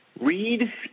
read